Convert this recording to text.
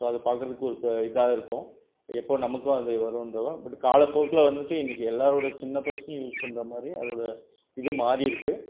அதைப் பாக்கிறதுக்கு ஒரு இதாக இருக்கும் எப்போ நமக்கும் அது வரும்னு இருக்கும் பட் காலப்போக்கில் வந்துவிட்டு இன்றைக்கி எல்லோரோட சின்னப் பசங்க யூஸ் பண்ணுற மாதிரி அதோட இது மாறி இருக்கு